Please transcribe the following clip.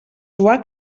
suar